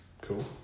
Cool